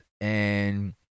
and-